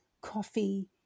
coffee